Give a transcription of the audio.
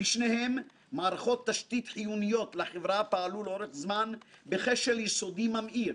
בשניהם מערכות תשתיות חיוניות לחברה פעלו לאורך זמן בכשל יסודי ממאיר,